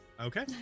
Okay